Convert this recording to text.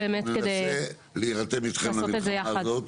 ננסה להירתם איתכם למלחמה הזאת.